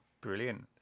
Brilliant